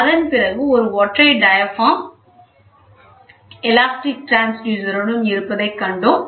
அதன்பிறகு ஒரு ஒற்றை டயாபிராம் எலாஸ்டிக் டிரான்ஸ்யூசர் உடன் இருப்பதை கண்டோம்